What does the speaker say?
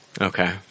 Okay